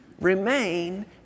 Remain